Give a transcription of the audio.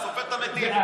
סופר את המתים.